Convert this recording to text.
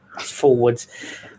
forwards